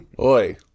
Oi